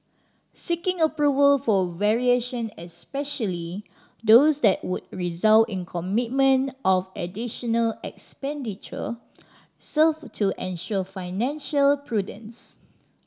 seeking approval for variation especially those that would result in commitment of additional expenditure serve to ensure financial prudence